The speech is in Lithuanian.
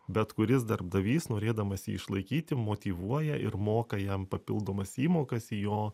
bet kuris darbdavys norėdamas jį išlaikyti motyvuoja ir moka jam papildomas įmokas į jo